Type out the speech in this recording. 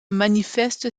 manifeste